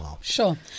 Sure